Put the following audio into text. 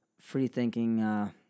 free-thinking